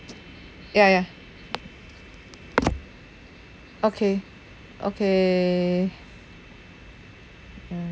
ya ya okay okay mm